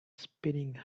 spinning